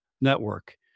network